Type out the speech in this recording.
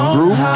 Group